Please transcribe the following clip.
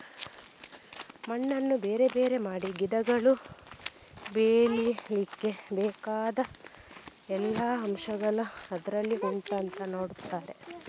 ಮಣ್ಣನ್ನ ಬೇರೆ ಬೇರೆ ಮಾಡಿ ಗಿಡಗಳು ಬೆಳೀಲಿಕ್ಕೆ ಬೇಕಾದ ಎಲ್ಲಾ ಅಂಶಗಳು ಅದ್ರಲ್ಲಿ ಉಂಟಾ ಅಂತ ನೋಡ್ತಾರೆ